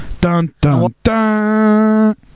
Dun-dun-dun